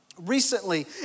recently